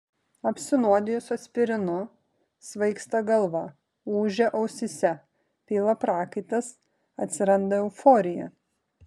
apsinuodijus aspirinu svaigsta galva ūžia ausyse pila prakaitas atsiranda euforija